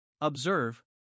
Observe